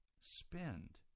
spend